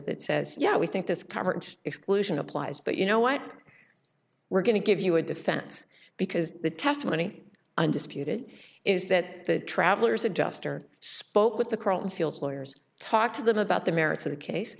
that says yeah we think this current exclusion applies but you know what we're going to give you a defense because the testimony undisputed is that the travelers adjuster spoke with the current fields lawyers talk to them about the merits of the case